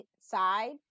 side